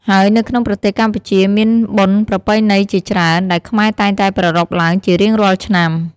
ហើយនៅក្នុងប្រទេសកម្ពុជាមានបុណ្យប្រពៃណីជាច្រើន ដែលខ្មែរតែងតែប្ររព្ធឡើងជារៀងរាល់ឆ្នាំ ។